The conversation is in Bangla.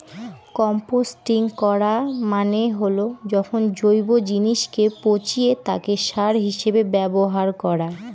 কম্পস্টিং করা মানে হল যখন জৈব জিনিসকে পচিয়ে তাকে সার হিসেবে ব্যবহার করা